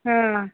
हँ